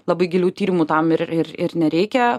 labai gilių tyrimų tam ir ir ir nereikia